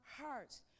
hearts